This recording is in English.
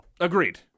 Agreed